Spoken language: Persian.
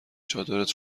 چادرت